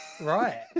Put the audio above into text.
Right